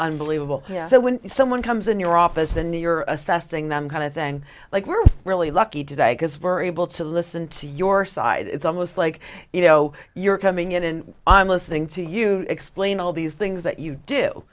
unbelievable so when someone comes in your office and you're assessing them kind of thing like we're really lucky today because we're able to listen to your side it's almost like you know you're coming in and i'm listening to you explain all these things that you do